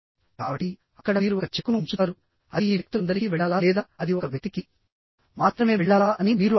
కాబట్టి అక్కడ మీరు ఒక చెక్కును ఉంచుతారు అది ఈ వ్యక్తులందరికీ వెళ్లాలా లేదా అది ఒక వ్యక్తికి మాత్రమే వెళ్లాలా అని మీరు అడుగుతారు